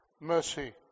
mercy